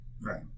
Right